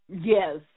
Yes